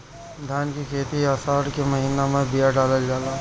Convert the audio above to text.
धान की खेती आसार के महीना में बिया डालल जाला?